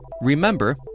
remember